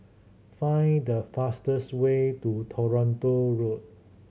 find the fastest way to Toronto Road